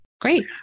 Great